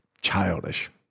Childish